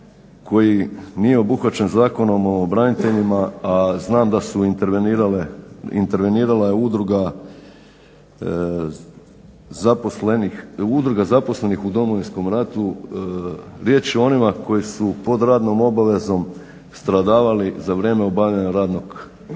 koji nije obuhvaćen zakonom o braniteljima, a znam da su intervenirale, intervenirala je Udruga zaposlenih u domovinskom ratu. Riječ je o onima koji su pod radnom obavezom stradavali za vrijeme obavljanja radnog, svojih